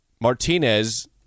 Martinez